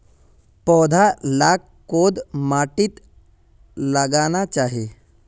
पौधा लाक कोद माटित लगाना चही?